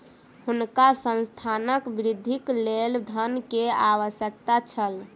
हुनका संस्थानक वृद्धिक लेल धन के आवश्यकता छल